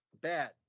bad